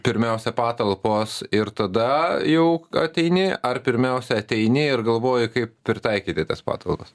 pirmiausia patalpos ir tada jau ateini ar pirmiausia ateini ir galvoji kaip pritaikyti tas patalpas